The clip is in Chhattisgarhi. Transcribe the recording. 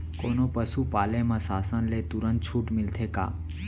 कोनो पसु पाले म शासन ले तुरंत छूट मिलथे का?